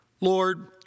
Lord